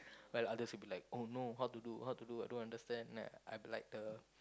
like the others will be like oh no how to do how to do I don't understand and I be like the